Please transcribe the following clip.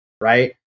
right